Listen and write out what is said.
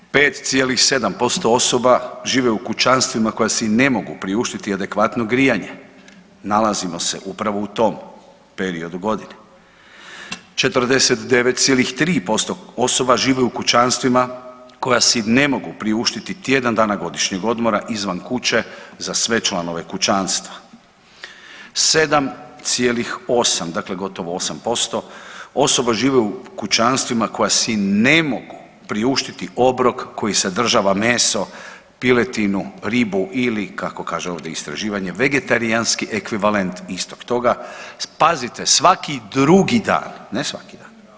5,7% osoba žive u kućanstvima koji si ne mogu priuštiti adekvatno grijanje, nalazimo se upravo u tom periodu godine, 49,3% osoba živi u kućanstvima koja si ne mogu priuštiti tjedan godišnjeg odmora izvan kuće za sve članove kućanstva, 7,8% dakle gotovo 8% osoba žive u kućanstvima koja si ne mogu priuštiti obrok koji sadržava meso, piletinu, ribu ili kako kaže ovdje istraživanje vegetarijanski ekvivalent istog toga, pazite svaki drugi dan, ne svaki dan.